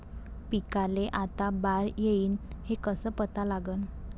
पिकाले आता बार येईन हे कसं पता लागन?